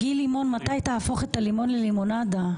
גיל לימון, מתי תהפוך את הלימון ללימונדה?